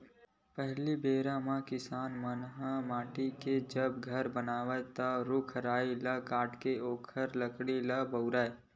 पहिली बेरा के किसान मन ह माटी के जब घर बनावय ता रूख राई ल काटके ओखर लकड़ी ल बउरय